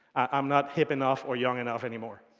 i'm not hip enough or young enough anymore.